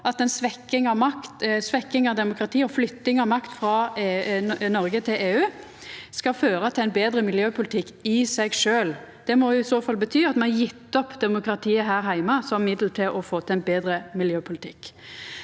makt, svekking av demokratiet og flytting av makt frå Noreg til EU skal føra til ein betre miljøpolitikk i seg sjølv. Det må i så fall bety at me har gjeve opp demokratiet her heime som middel til å få til ein betre miljøpolitikk.